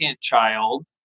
child